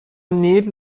نیل